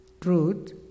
truth